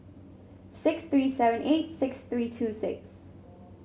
six three seven eight six three two six